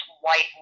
white